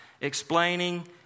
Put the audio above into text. Explaining